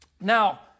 Now